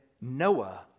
Noah